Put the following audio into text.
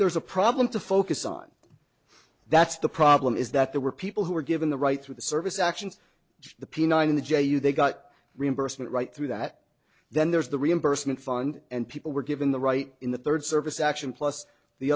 there's a problem to focus on that's the problem is that there were people who were given the right through the service actions the p nine in the jail you they got reimbursement right through that then there's the reimbursement fund and people were given the right in the third service action plus the